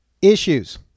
Issues